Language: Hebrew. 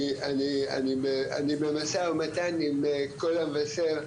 אני במשא ומתן עם "קול המבשר"